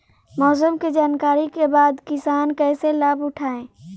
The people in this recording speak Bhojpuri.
मौसम के जानकरी के बाद किसान कैसे लाभ उठाएं?